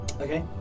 Okay